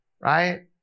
right